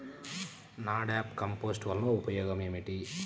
NADEP compost వలన ఉపయోగం ఏమిటి?